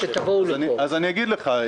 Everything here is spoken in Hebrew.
אגיד לך.